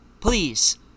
Please